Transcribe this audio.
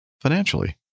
financially